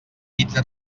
vidre